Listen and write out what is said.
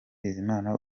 bizimana